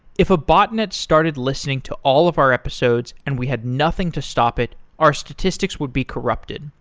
if a botnet started listening to all of our episodes and we had nothing to stop it, our statistics would be corrupted.